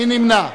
מי נמנע?